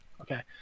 okay